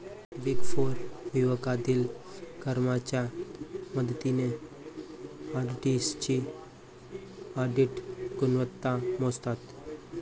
big four विवेकाधीन कमाईच्या मदतीने ऑडिटर्सची ऑडिट गुणवत्ता मोजतात